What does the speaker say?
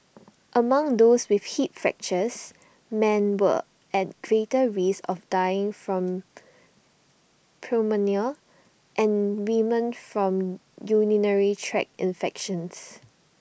among those with hip fractures men were at greater risk of dying from pneumonia and women from urinary tract infections